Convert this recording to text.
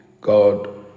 god